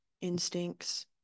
instincts